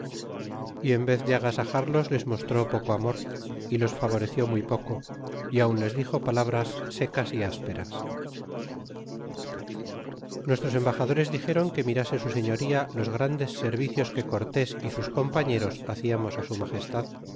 y en vez de agasajarlos les mostró poco amor y los favoreció muy poco y aun les dixo palabras secas y ásperas nuestros embaxadores dixéron que mirasesu señoría los grandes servicios que cortés y sus compañeros haciamos su magestad